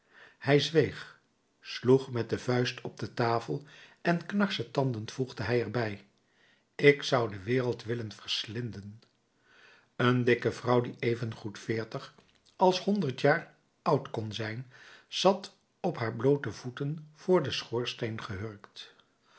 hij zweeg sloeg met de vuist op de tafel en knarsetandend voegde hij er bij ik zou de wereld willen verslinden een dikke vrouw die even goed veertig als honderd jaar oud kon zijn zat op haar bloote voeten voor den schoorsteen gehurkt